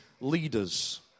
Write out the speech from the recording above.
leaders